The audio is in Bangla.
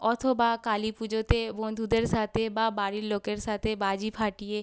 অথবা কালী পুজোতে বন্ধুদের সাথে বা বাড়ির লোকের সাথে বাজি ফাটিয়ে